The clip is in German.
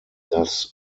dass